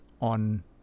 on